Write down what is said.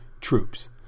troops